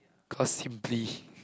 because simply